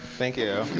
thank you. i